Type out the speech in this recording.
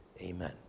Amen